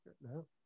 no